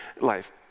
life